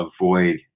avoid